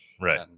Right